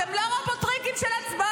אתם לא רובוטריקים של הצבעות.